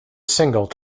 single